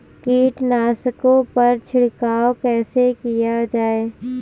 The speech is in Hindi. कीटनाशकों पर छिड़काव कैसे किया जाए?